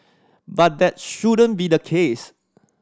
but that shouldn't be the case